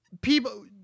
People